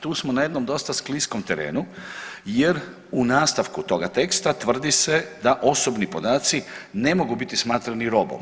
Tu smo na jednom dosta skliskom terenu, jer u nastavku toga teksta tvrdi se da osobni podaci ne mogu biti smatrani robom.